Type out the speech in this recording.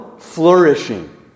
Flourishing